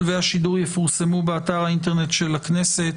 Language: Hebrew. והשידור יפורסמו באתר האינטרנט של הכנסת,